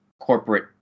corporate